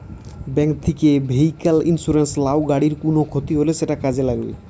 bank থিকে vehicle insurance লাও, গাড়ির কুনো ক্ষতি হলে সেটা কাজে লাগবে